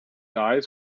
eyes